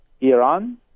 Iran